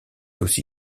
aussi